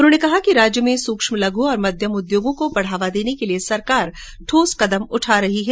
उन्होंने कहा कि राज्य में सूक्ष्म लघु और मध्यम उद्योगों को बढ़ावा देने के लिए सरकार ठोस कदम उठा रही है